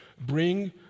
bring